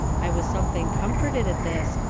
i was something comforted at this,